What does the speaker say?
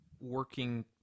working